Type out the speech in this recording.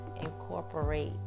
incorporate